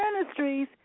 ministries